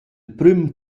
prüm